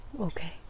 Okay